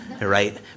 right